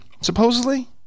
supposedly